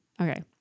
Okay